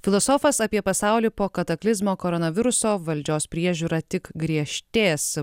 filosofas apie pasaulį po kataklizmo koronaviruso valdžios priežiūra tik griežtės